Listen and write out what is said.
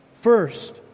First